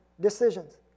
decisions